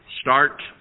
start